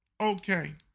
Okay